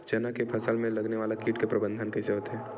चना के फसल में लगने वाला कीट के प्रबंधन कइसे होथे?